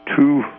two